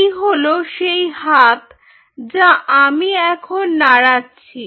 এই হলো সেই হাত যা আমি এখন নাড়াচ্ছি